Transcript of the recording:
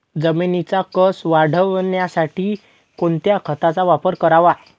जमिनीचा कसं वाढवण्यासाठी कोणत्या खताचा वापर करावा?